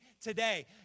today